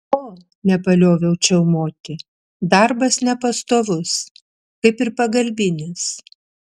o nepalioviau čiaumoti darbas nepastovus kaip ir pagalbinis